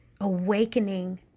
awakening